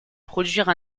produire